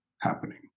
happening